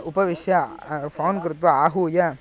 उपविश्य फ़ोन् कृत्वा आहूय